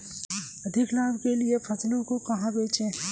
अधिक लाभ के लिए फसलों को कहाँ बेचें?